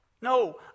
No